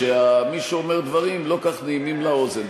כשמישהו אומר דברים לא כל כך נעימים לאוזן.